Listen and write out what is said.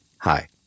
Hi